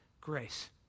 grace